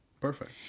Perfect